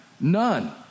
None